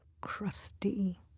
Crusty